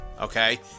okay